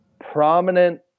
prominent